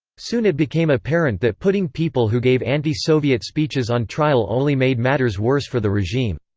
soon it became apparent that putting people who gave anti-soviet speeches on trial only made matters worse for the regime.